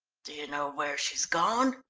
do you know where she's gone?